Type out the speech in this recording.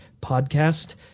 podcast